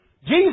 Jesus